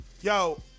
Yo